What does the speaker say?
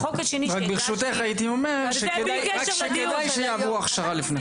רק כדאי שיעברו הכשרה לפני